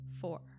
four